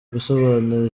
gusobanura